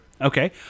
Okay